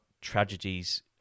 tragedies